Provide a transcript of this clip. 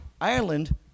Ireland